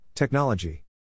Technology